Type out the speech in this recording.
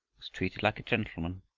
was treated like a gentleman.